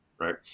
right